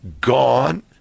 gone